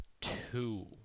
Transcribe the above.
two